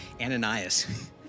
Ananias